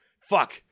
fuck